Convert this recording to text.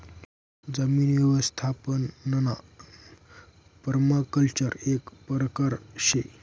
जमीन यवस्थापनना पर्माकल्चर एक परकार शे